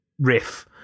riff